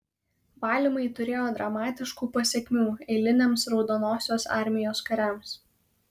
valymai turėjo dramatiškų pasekmių eiliniams raudonosios armijos kariams